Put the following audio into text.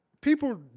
people